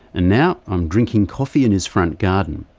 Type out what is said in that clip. and now i'm drinking coffee in his front garden.